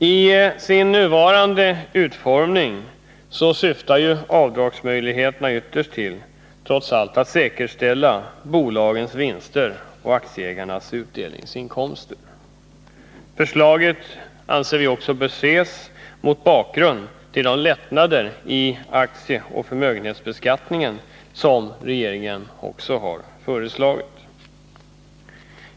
I sin nuvarande utformning syftar trots allt avdragsmöjligheterna ytterst till att säkerställa bolagens vinster och aktieägarnas utdelningsinkomster. Förslaget bör även ses mot bakgrund av de lättnader i aktieoch förmögenhetsbeskattningen som regeringen också har föreslagit.